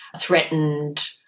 threatened